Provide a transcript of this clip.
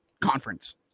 conference